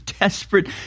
desperate